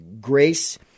grace—